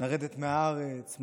לרדת מהארץ,